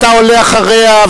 אתה עולה אחריה,